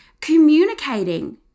communicating